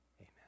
Amen